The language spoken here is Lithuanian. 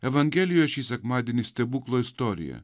evangelijos šį sekmadienį stebuklo istorija